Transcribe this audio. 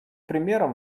примером